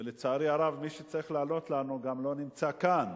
ולצערי הרב, מי שצריך לענות לנו לא נמצא כאן.